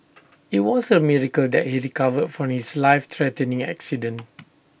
IT was A miracle that he recovered from his life threatening accident